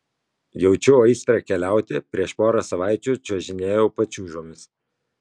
jaučiu aistrą keliauti prieš porą savaičių čiuožinėjau pačiūžomis